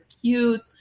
cute